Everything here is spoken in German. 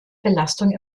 belastung